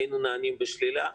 היינו נענים בשלילה.